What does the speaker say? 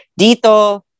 Dito